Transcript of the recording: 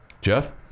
Jeff